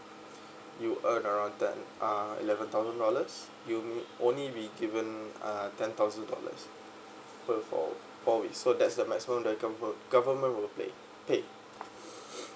you earn around ten uh eleven thousand dollars you only be given uh ten thousand dollars per four four weeks so that's a maximum the gov~ government will pay paid